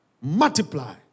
Multiply